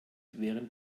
während